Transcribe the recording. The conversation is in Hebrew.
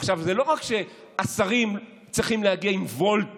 עכשיו, זה לא רק שהשרים צריכים להגיע עם וולט